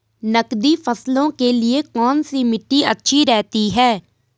नकदी फसलों के लिए कौन सी मिट्टी अच्छी रहती है?